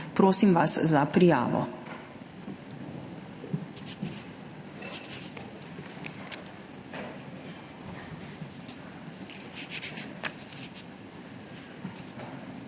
Prosim vas za prijavo.